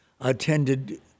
attended